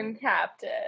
captain